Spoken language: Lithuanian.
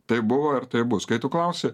taip buvo ir taip bus kai tu klausi